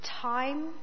time